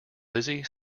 lizzie